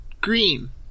green